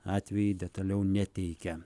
atvejį detaliau neteikia